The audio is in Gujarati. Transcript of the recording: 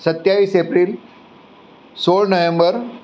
સત્તાવીસ એપ્રિલ સોળ નવેમ્બર